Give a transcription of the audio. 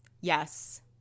Yes